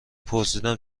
پرسیدم